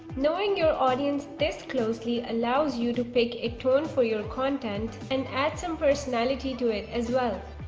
knowing your audience this closely allows you to pick a tone for your content and add some personality to it as well.